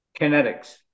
kinetics